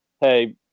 hey